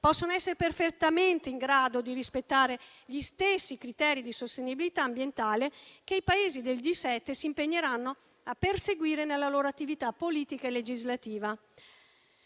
possono essere perfettamente in grado di rispettare gli stessi criteri di sostenibilità ambientale che i Paesi del G7 si impegneranno a perseguire nella loro attività politica e legislativa.